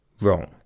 wrong